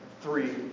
three